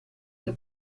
che